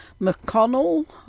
McConnell